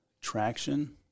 traction